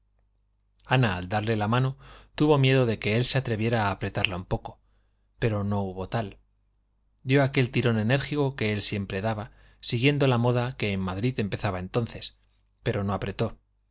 ana al darle la mano tuvo miedo de que él se atreviera a apretarla un poco pero no hubo tal dio aquel tirón enérgico que él siempre daba siguiendo la moda que en madrid empezaba entonces pero no apretó